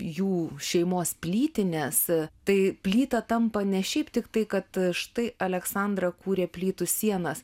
jų šeimos plytinės tai plyta tampa ne šiaip tiktai kad štai aleksandra kūrė plytų sienas